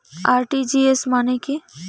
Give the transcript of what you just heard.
RTGS মানে কি?